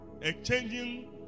Exchanging